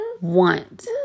want